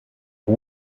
who